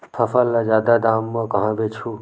फसल ल जादा दाम म कहां बेचहु?